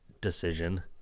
decision